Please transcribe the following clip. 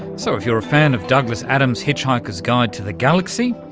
so, if you're a fan of douglas adams' hitchhikers guide to the galaxy,